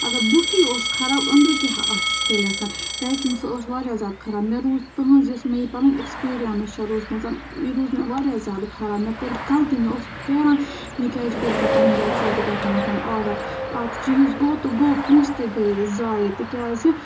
اگر بُتھُے اوس خراب أنٛدرٕ کیٛاہ آسہِ تیٚلہِ پیکِنٛگ سۄ ٲس واریاہ زیادٕ خراب مےٚ روٗز تٕہٕنٛز یۄس مےٚ یہِ پَنٕنۍ اٮ۪کٕسپیٖریَنٕس چھےٚ روٗزمٕژ یہِ روٗز مےٚ واریاہ زیادٕ خراب مےٚ کٔر غلطی مےٚ اوس پھیران مےٚ کیٛازِ کوٚر پَتہٕ تٕہٕنٛدِ وٮ۪بسایٹہِ پٮ۪ٹھ آرڈَر اَکھ چیٖز گوٚو تہٕ گوٚو پونٛسہٕ تہِ گٔیے ضایعے تِکیٛازِ